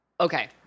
Okay